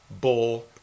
bull